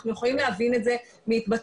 אנחנו יכולים להבין את זה מהתבטאויות